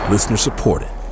Listener-supported